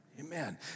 amen